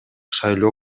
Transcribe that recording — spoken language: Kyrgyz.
шайлоо